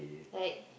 like